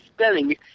spelling